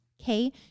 okay